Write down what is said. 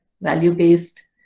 value-based